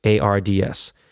ARDS